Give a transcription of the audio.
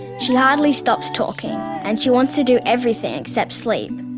she hardly stops talking and she wants to do everything except sleep.